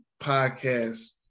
podcast